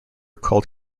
called